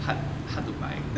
hard hard to buy